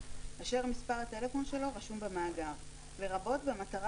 אשר מספר הטלפון שלו רשום במאגר לרבות במטרה